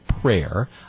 prayer